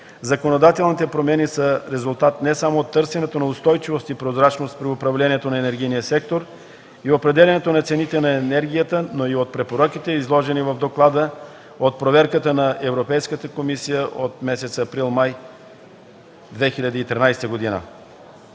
законодателните промени са резултат не само от търсенето на устойчивост и прозрачност при управлението на енергийния сектор и определянето на цените на енергията, но и от препоръките, изложени в доклада от проверката на Европейската комисия от месец април - май 2013 г.